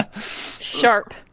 Sharp